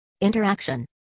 Interaction